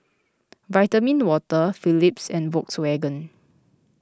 Vitamin Water Philips and Volkswagen